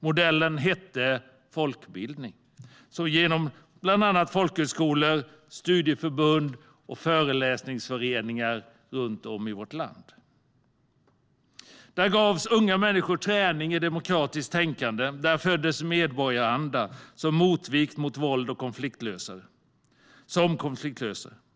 Modellen hette folkbildning genom bland annat folkhögskolor, studieförbund och föreläsningsföreningar runt om i vårt land. Där gavs unga människor träning i demokratiskt tänkande. Där föddes medborgaranda som motvikt mot våld som konfliktlösare.